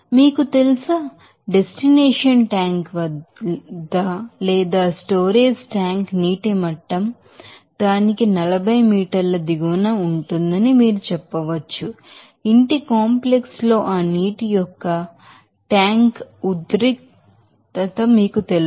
మీకు తెలుసా destination tank లేదా స్టోరేజీ ట్యాంక్ నీటి మట్టం దానికి 40 మీటర్ల దిగువన ఉందని మీరు చెప్పవచ్చు ఇంటి కాంప్లెక్స్ లో ఆ నీటి యొక్క నా ట్యాంక్ ఈ టెన్షన్ మీకు తెలుసు